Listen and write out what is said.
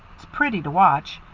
it's pretty to watch.